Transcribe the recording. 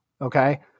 okay